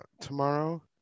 tomorrow